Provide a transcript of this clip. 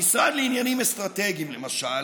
המשרד לעניינים אסטרטגיים, למשל,